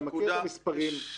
אתה מכיר את המספרים.